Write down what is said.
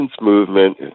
movement